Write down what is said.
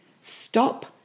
Stop